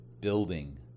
building